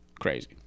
Crazy